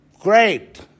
Great